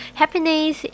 happiness